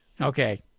Okay